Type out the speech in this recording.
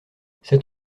cet